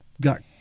got